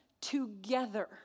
together